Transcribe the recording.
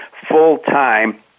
full-time